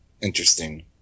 interesting